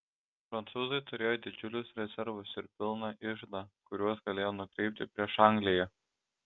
prancūzai turėjo didžiulius rezervus ir pilną iždą kuriuos galėjo nukreipti prieš angliją